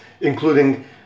Including